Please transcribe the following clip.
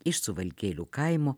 iš suvalkėlių kaimo